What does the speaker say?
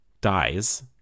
dies